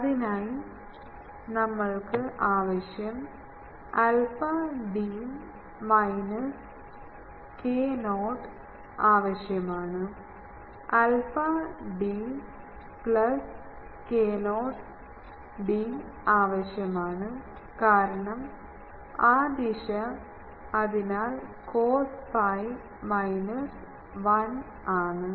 അതിനായി നമ്മൾക്ക് ആവശ്യം ആൽഫ d മൈനസ്k0 ആവശ്യമാണ് alpha D plus K 0 D ആവശ്യമാണ് കാരണം ആ ദിശ അതിനാൽ കോസ് pi മൈനസ് 1 ആണ്